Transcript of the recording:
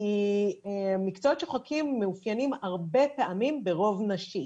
כי מקצועות שוחקים מאופיינים הרבה פעמים ברוב נשי.